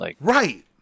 Right